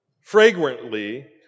fragrantly